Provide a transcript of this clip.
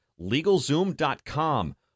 LegalZoom.com